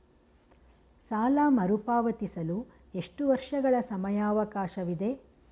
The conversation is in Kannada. ಸಾಲ ಮರುಪಾವತಿಸಲು ಎಷ್ಟು ವರ್ಷಗಳ ಸಮಯಾವಕಾಶವಿದೆ?